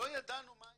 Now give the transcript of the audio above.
ולא ידענו מהי